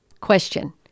Question